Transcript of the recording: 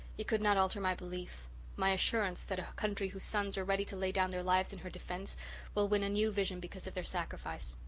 it could not alter my belief my assurance that a country whose sons are ready to lay down their lives in her defence will win a new vision because of their sacrifice.